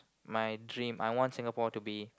my dream I want to Singapore be